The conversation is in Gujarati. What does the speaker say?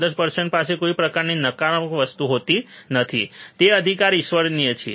આદર્શ પરસન પાસે કોઈ પણ પ્રકારની નકારાત્મક વસ્તુઓ હોતી નથી તે અધિકાર ઈશ્વરીય છે